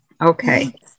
Okay